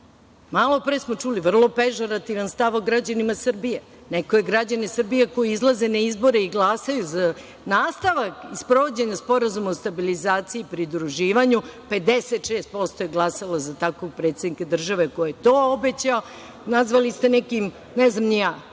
briše. Malopre smo čuli vrlo pežorativan stav o građanima Srbije. Neko je građane Srbije koji izlaze na izbore i glasaju za nastavak sprovođenja Sporazuma o stabilizaciji i pridruživanju, 56% je glasalo za takvog predsednika države koji je to obećao, nazvao nekim ljudima sa